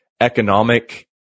economic